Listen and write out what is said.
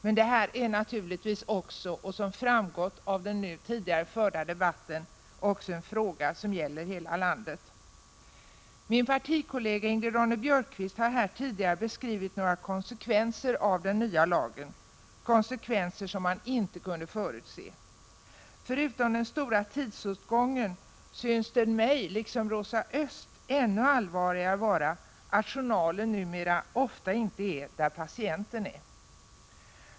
Men det här är naturligtvis, vilket också har framgått av den tidigare förda debatten, en fråga som gäller hela landet. Min partikollega Ingrid Ronne-Björkqvist har tidigare beskrivit några konsekvenser av den nya lagen, konsekvenser som man inte kunde förutse. Det har uppstått problem med den stora tidsåtgången, men det synes mig, liksom Rosa Östh, vara ännu allvarligare att journalen numera ofta inte är där patienten är.